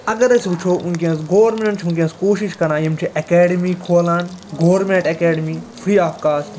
اَگر أسۍ وٕچھو ؤنکینس گوٚرمٮ۪نٹ چھُ ؤنکٮ۪نس کوٗشِش کران کہِ یِم چھِ اٮ۪کٮ۪ڈمی کھولان government academy free of cost